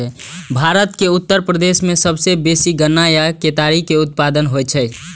भारत के उत्तर प्रदेश मे सबसं बेसी गन्ना या केतारी के उत्पादन होइ छै